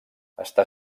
està